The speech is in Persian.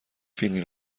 فیلمی